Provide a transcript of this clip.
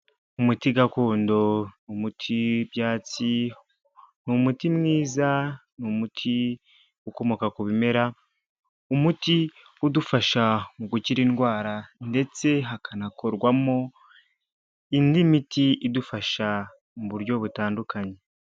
Umuti gakondo, umuti w'ibyatsi, ni umuti mwiza, ni umuti ukomoka ku bimera, umuti udufasha mu gukira indwara ndetse hakanakorwamo indi miti idufasha mu buryo butandukanye.